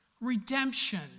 redemption